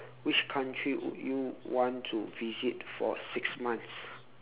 which country would you want to visit for six months